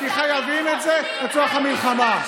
כי חייבים את זה לצורך המלחמה.